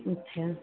अच्छा